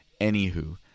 Anywho